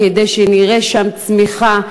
כדי שנראה שם צמיחה,